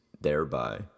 thereby